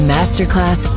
Masterclass